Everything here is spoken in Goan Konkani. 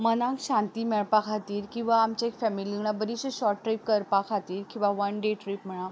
मनाक शांती मेळपा खातीर किंवां आमचे फेमिली वांगडा बरीशी शॉर्ट ट्रीप करपा खातीर किंवां वान डे ट्रीप म्हणा